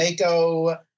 Mako